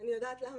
אני יודעת למה,